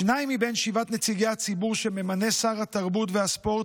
שניים מבין שבעת נציגי הציבור שממנה שר התרבות והספורט